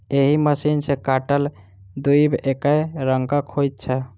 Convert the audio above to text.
एहि मशीन सॅ काटल दुइब एकै रंगक होइत छै